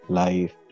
life